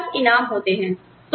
आपके पास इनाम होते हैं